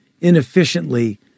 inefficiently